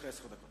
יש לך עשר דקות.